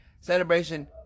celebration